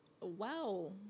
wow